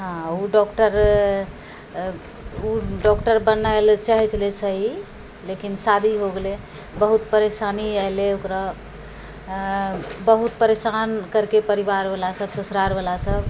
हँ ओ डॉक्टर ओ डॉक्टर बनैलए चाहै छलै सबी लेकिन शादी हो गेलै बहुत परेशानी अएलै ओकरा बहुत परेशान केलकै परिवारवलासब ससुरालवलासब